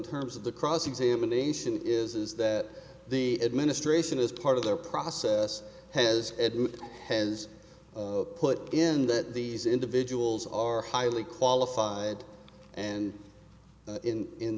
terms of the cross examination is that the administration is part of their process has has put in that these individuals are highly qualified and in in